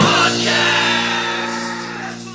Podcast